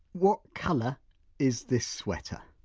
what colour is this sweater?